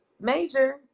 major